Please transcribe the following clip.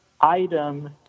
item